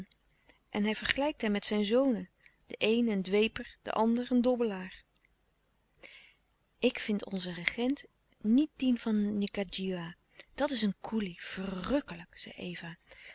en hij vergelijkt hem met zijn zonen de een een dweper de ander een dobbelaar ik vind onzen regent niet dien van ngadjiwa dat is een koelie verrukkelijk zei eva